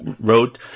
wrote